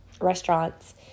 restaurants